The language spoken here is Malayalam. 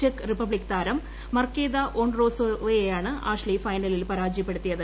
ചെക്ക് റിപ്പബ്ലിക് താരം മർക്കേതാ വോൺറോസോവയെയാണ് ആഷ്ലി ഫൈനലിൽ പരാജ യപ്പെടുത്തിയത്